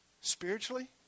spiritually